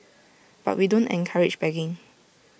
but we don't encourage begging